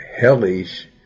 hellish